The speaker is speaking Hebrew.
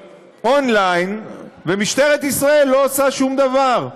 אונליין ומשטרת ישראל לא עושה שום דבר?